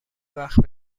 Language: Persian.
وقت